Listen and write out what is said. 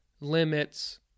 limits